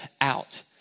out